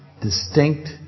Distinct